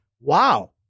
wow